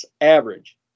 average